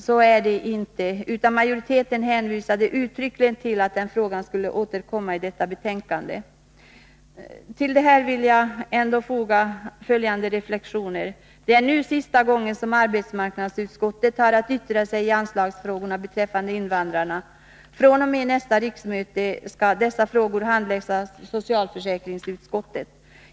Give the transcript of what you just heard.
Så är det naturligtvis inte, utan majoriteten hänvisade uttryckligen till att frågan skulle återkomma i detta betänkande. Till detta vill jag foga följande reflexioner. Detta lär bli sista gången som arbetsmarknadsutskottet har att yttra sig i anslagsfrågorna beträffande invandrarna. fr.o.m. nästa riksmöte skall dessa frågor handläggas av socialförsäkringsutskottet.